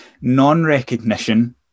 non-recognition